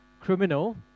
criminal